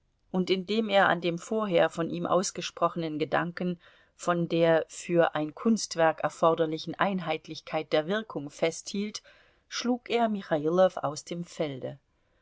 und indem er an dem vorher von ihm ausgesprochenen gedanken von der für ein kunstwerk erforderlichen einheitlichkeit der wirkung festhielt schlug er michailow aus dem felde